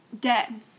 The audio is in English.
dead